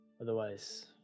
Otherwise